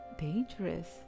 dangerous